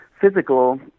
physical